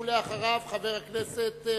ואחריו, חבר הכנסת בילסקי.